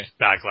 backlash